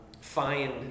find